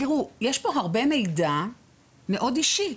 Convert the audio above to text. תיראו, יש פה הרבה מידע מאוד אישי.